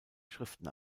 schriften